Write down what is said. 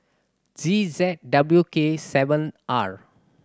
G Z W K seven R